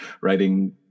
writing